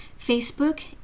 Facebook